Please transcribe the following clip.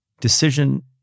decision